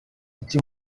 kuki